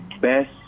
best